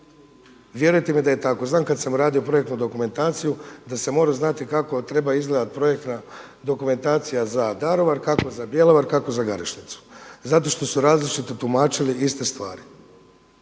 Vjerujte mi da je tako. Znam da kada sam radio projektu dokumentaciju da sam morao znati kako treba izgledati projektna dokumentacija za Daruvar, kako za Bjelovar, kako za Garešnicu zato što su različito tumačili iste stvari.